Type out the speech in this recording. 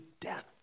death